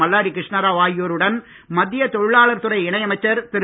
மல்லாடி கிருஷ்ணாராவ் ஆகியோருடன் மத்திய தொழிலாளர் துறை இணை அமைச்சர் திரு